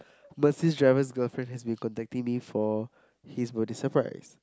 Mercedes driver's girlfriend has been contacting me for his birthday surprise